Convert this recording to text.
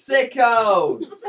Sickos